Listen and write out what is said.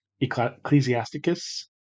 ecclesiasticus